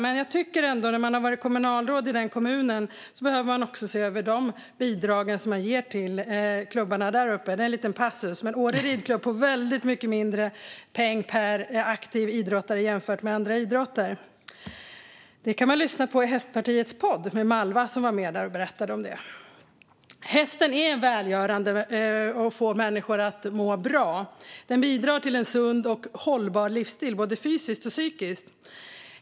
Men om man varit kommunalråd i den kommunen behöver man också se över de bidrag som man ger till klubbarna däruppe. Det är en liten passus. Men Åre Ridklubb får väldigt mycket mindre peng per aktiv idrottare jämfört med andra idrotter. Det kan man lyssna på i Hästpartiets podd. Det var Malva Hallbäck som var med där och berättade om det. Hästen är välgörande och får människor att må bra. Den bidrar till en sund och hållbar livsstil både fysiskt och psykiskt.